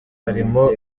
harimo